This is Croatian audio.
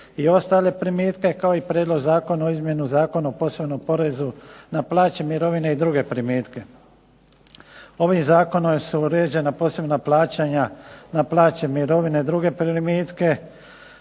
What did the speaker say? i ostale primitke, kao i Prijedlog zakona o izmjeni Zakona o posebnom porezu na plaće, mirovine i druge primitke. Ovim zakonom su uređena posebna plaćanja pa plaće, mirovine i druge primitke,